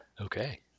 Okay